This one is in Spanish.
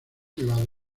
privados